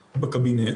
בקבינט,